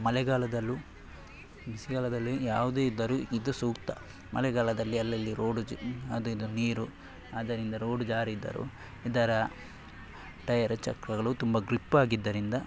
ಮಳೆಗಾಲದಲ್ಲೂ ಬಿಸಿಗಾಲದಲ್ಲಿ ಯಾವುದೇ ಇದ್ದರೂ ಇದು ಸೂಕ್ತ ಮಳೆಗಾಲದಲ್ಲಿ ಅಲ್ಲಲ್ಲಿ ರೋಡು ಜ್ ಅದಿದು ನೀರು ಅದರಿಂದ ರೋಡು ಜಾರಿದರೂ ಇದರ ಟಯರ್ ಚಕ್ರಗಳು ತುಂಬ ಗ್ರಿಪ್ಪಾಗಿದ್ದರಿಂದ